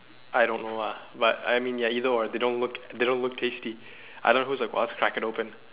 I don't know ah but I mean ya either way they don't look they don't look tasty I don't know who is the first to crack it open